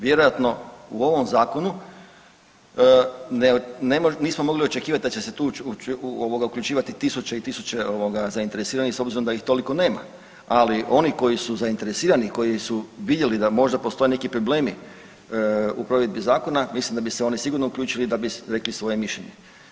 Vjerojatno u ovom zakonu ne, nismo mogli očekivati da će se tu uključivati tisuće i tisuće ovoga zainteresiranih s obzirom da ih toliko nema, ali oni koji su zainteresirani, koji su vidjeli da možda postoje neki problemi u provedbi zakona, mislim da bi se oni sigurno uključili i da bi rekli svoje mišljenje.